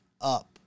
up